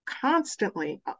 constantly